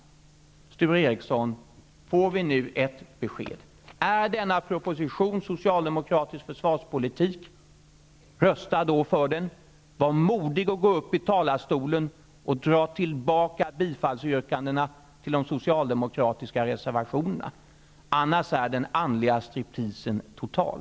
Sture Ericson! Får vi nu ett besked: Är denna proposition socialdemokratisk försvarspolitik? Rösta då för den! Var modig och gå upp i talarstolen och dra tillbaka yrkandena om bifall till de socialdemokratiska reservationerna! Annars är den andliga stripteasen total.